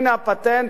הנה הפטנט,